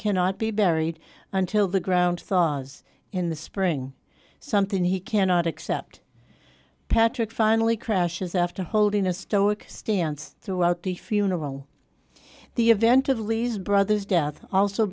cannot be buried until the ground thaws in the spring something he cannot accept patrick finally crashes after holding a stoic stance throughout the funeral the event of lee's brother's death also